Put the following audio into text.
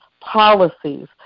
policies